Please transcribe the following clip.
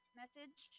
message